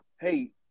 hey